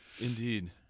Indeed